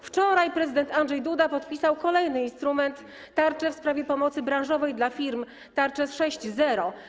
Wczoraj prezydent Andrzej Duda podpisał kolejny instrument tarczy w sprawie pomocy branżowej dla firm - tarczę 6.0.